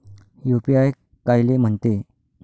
UPI कायले म्हनते?